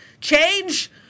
change